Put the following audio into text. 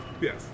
Yes